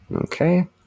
okay